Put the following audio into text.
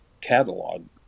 catalog